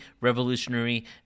revolutionary